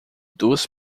duas